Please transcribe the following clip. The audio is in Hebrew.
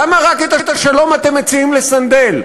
למה רק את השלום אתם מציעים לסנדל?